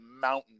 mountain